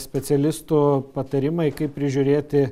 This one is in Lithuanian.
specialistų patarimai kaip prižiūrėti